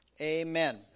amen